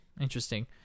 interesting